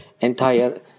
entire